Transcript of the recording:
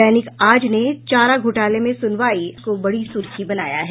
दैनिक आज ने चारा घोटाले में सुनवाई को बड़ी सुर्खी बनाया है